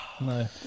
No